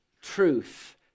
truth